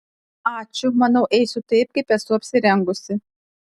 ačiū manau eisiu taip kaip esu apsirengusi